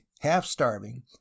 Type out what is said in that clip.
half-starving